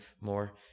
more